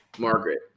Margaret